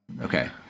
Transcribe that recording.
okay